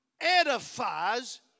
edifies